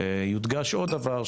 אדגיש דבר נוסף,